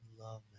love